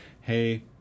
Hey